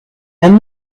and